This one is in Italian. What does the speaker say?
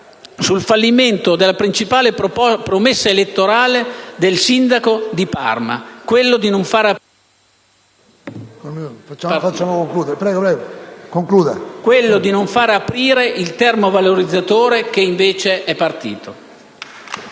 sul fallimento della principale promessa elettorale del sindaco di Parma: quella di non di non far aprire il termovalorizzatore. *(Applausi